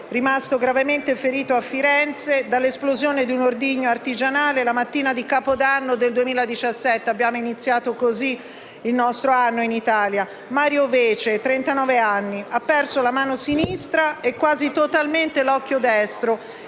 rimasto gravemente ferito a Firenze dall'esplosione di un ordigno artigianale la mattina di Capodanno del 2017 (abbiamo iniziato così il nostro anno in Italia). Mario Vece, di 39 anni, ha perso la mano sinistra e quasi totalmente l'occhio destro